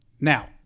Now